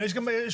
אבל יש גם שלא.